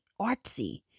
artsy